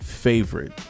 Favorite